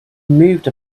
moved